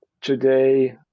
today